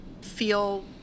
feel